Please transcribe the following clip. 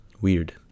weird